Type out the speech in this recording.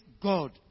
God